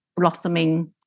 blossoming